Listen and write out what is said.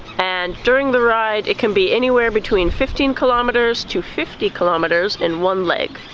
and during the ride it can be anywhere between fifteen kilometers to fifty kilometers in one leg.